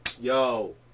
yo